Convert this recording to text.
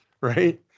Right